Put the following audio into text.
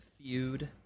feud